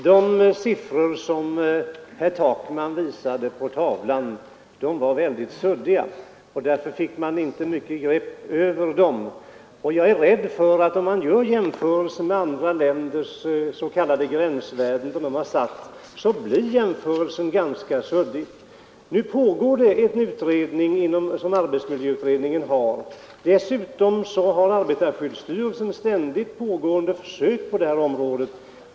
Herr talman! De siffror som herr Takman visade på tavlan var väldigt suddiga, och därför fick man inte mycket grepp om dem. Och jag är rädd för att om man jämför med de s.k. gränsvärden som andra länder har satt, så blir jämförelsen också ganska suddig. Nu pågår det en undersökning av arbetsmiljöutredningen om gränsvärdena. Dessutom har arbetarskyddsstyrelsen ständigt pågående försök på detta område.